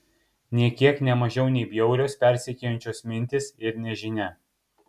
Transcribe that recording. nė kiek ne mažiau nei bjaurios persekiojančios mintys ir nežinia